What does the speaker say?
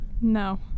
no